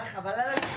אני אוציא לאבי